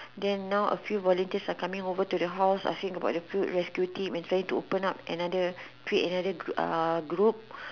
then now a few volunteers are coming over to the house asking about the food rescue team and saying to open up a create another group